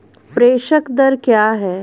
प्रेषण दर क्या है?